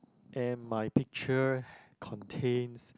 and my picture contains